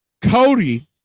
Cody